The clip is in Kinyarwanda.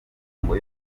bongo